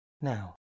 Now